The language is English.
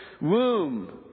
womb